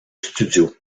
studio